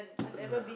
no lah